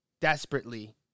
desperately